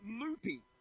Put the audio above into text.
loopy